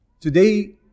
Today